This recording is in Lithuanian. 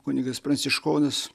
kunigas pranciškonas